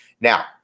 Now